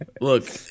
Look